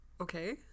okay